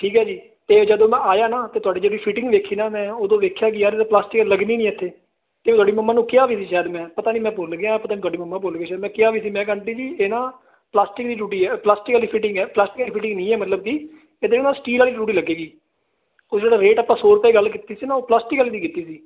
ਠੀਕ ਹੈ ਜੀ ਤੇ ਜਦੋਂ ਮੈਂ ਆਇਆ ਨਾ ਤੇ ਤੁਹਾਡੀ ਜਿਹੜੀ ਫਿਟਿੰਗ ਵੇਖੀ ਨਾ ਮੈਂ ਉਦੋਂ ਵੇਖਿਆ ਕਿ ਲੱਗਣੀ ਨਹੀਂ ਇਥੇ ਤੁਹਾਡੀ ਮਮਾ ਨੂੰ ਕਿਹਾ ਵੀ ਸੀ ਸ਼ਾਇਦ ਮੈਂ ਪਤਾ ਨਹੀਂ ਮੈਂ ਭੁੱਲ ਗਿਆ ਪਤਾ ਗੱਡੀ ਮਮਾ ਭੁੱਲ ਗਿਆ ਮੈਂ ਕਿਹਾ ਵੀ ਸੀ ਮੈਂ ਆਂਟੀ ਜੀ ਇਹ ਨਾ ਪਲਾਸਟਿਕ ਦੀ ਟੂਟੀ ਹੈ ਪਲਸਟੀ ਵਾਲੀ ਫਿਟਿੰਗ ਹੈ ਪਲਸਟੀ ਵਾਲੀ ਫਿਟਿੰਗ ਨਹੀਂ ਹੈ ਮਤਲਬ ਵੀ ਇਹ ਦੇਖਣਾ ਸਟੀਲ ਵਾਲੀ ਟੂਟੀ ਲੱਗੇਗੀ ਉਹ ਜਿਹੜਾ ਰੇਟ ਆਪਾਂ ਸੋ ਰੁਪਏ ਗੱਲ ਕੀਤੀ ਸੀ ਨਾ ਉਹ ਪਲਸਟੀ ਵਾਲੀ ਦੀ ਕੀਤੀ ਸੀ